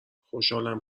خوشحالم